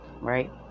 right